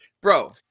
bro